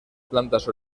plantas